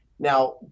Now